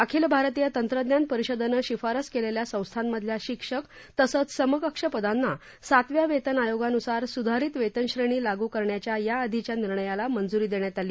अखिल भारतीय तंत्रज्ञान परिषदेनं शिफारस केलेल्या संस्थांमधल्या शिक्षक तसंच समकक्ष पदांना सातव्या वेतन आयोगानुसार सुधारित वेतनश्रेणी लागू करण्याच्या याआधीच्या निर्णयाला मंजुरी देण्यात आली